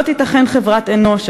כזה טיבה.// לא תיתכן חברת אנוש,